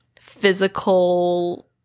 physical